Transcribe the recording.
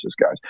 guys